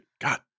God